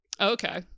Okay